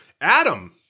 Adam